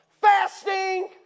Fasting